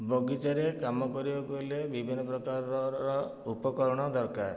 ବଗିଚାରେ କାମ କରିବାକୁ ହେଲେ ବିଭିନ୍ନ ପ୍ରକାରର ଉପକରଣ ଦରକାର